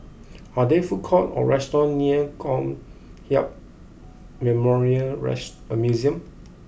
are there food courts or restaurants near Kong Hiap Memorial rest Museum